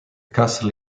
castle